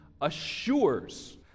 assures